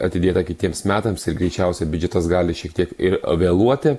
atidėta kitiems metams ir greičiausiai biudžetas gali šiek tiek ir vėluoti